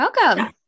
Welcome